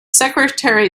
secretary